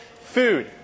food